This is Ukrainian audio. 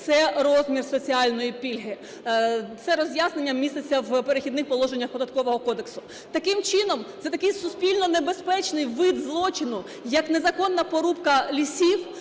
це розмір соціальної пільги, це роз'яснення міститься в "Перехідних положеннях" Податкового кодексу. Таким чином, це такий суспільно небезпечний вид злочину, як незаконна порубка лісів,